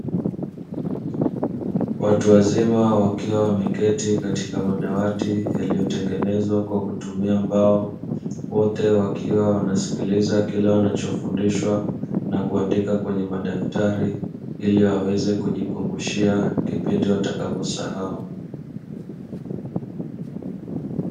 Watu wazima wakiwa wameketi katika madawati yaliyotengenezwa kwa kutumia mbao, wote wakiwa wanamsikiliza kile kinachofundishwa na kuandika kwenye madaftari ili waweze kujikumbushia wakati wakiwa wamesahau.